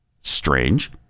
Strange